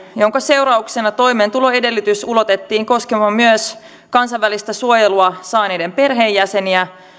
jonka seurauksena toimeentuloedellytys ulotettiin koskemaan myös kansainvälistä suojelua saaneiden perheenjäseniä